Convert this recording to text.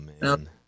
man